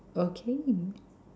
okay